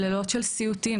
של לילות של סיוטים.